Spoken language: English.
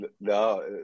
No